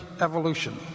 evolution